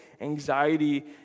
anxiety